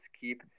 keep